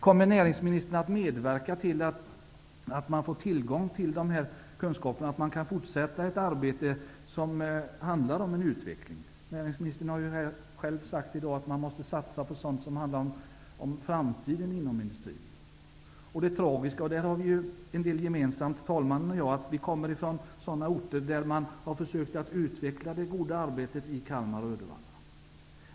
Kommer näringsministern att medverka till att skapa en tillgång till dessa kunskaper och att uppmuntra en utveckling? Näringsministern har i dag själv sagt att man måste satsa på det som utgör framtiden inom industrin. Förste vice talmannen och jag har det gemensamma att vi kommer från sådana orter som har försökt att utveckla det goda arbete som har gjorts i Uddevalla och Kalmar.